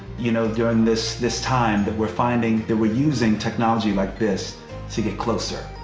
you know, during this this time that we're finding that we're using technology like this to get closer,